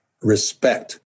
respect